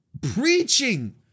preaching